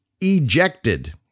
ejected